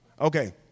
Okay